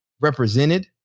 represented